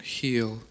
heal